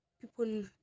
people